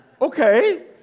Okay